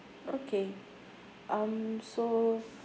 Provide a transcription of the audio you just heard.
okay um so